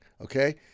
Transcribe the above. okay